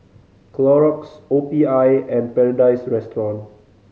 Clorox O P I and Paradise Restaurant